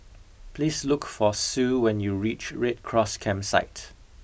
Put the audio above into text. please look for Sue when you reach Red Cross Campsite